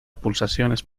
pulsaciones